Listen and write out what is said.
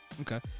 okay